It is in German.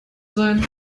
sein